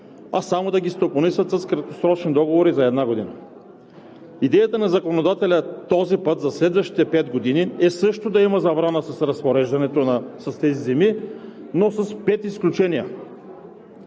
а само да ги стопанисват с краткосрочни договори за една година. Идеята на законодателя този път е за следващите пет години също да има забрана за разпореждането с тези земи, но с пет изключения.